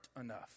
enough